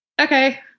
okay